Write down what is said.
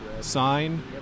sign